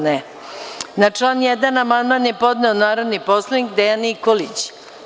Na član 1. amandman je podneo narodni poslanik Dejan Nikolić.